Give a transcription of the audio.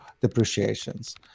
depreciations